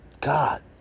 God